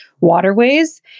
waterways